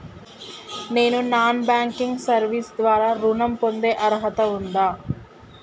నేను non banking service ద్వారా ఋణం పొందే అర్హత ఉందా?